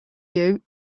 you